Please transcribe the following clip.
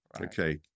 Okay